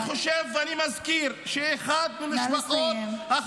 אני חושב ואני מזכיר -- נא לסיים.